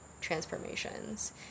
transformations